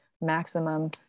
maximum